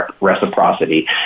reciprocity